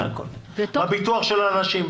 בביטוח של אנשים,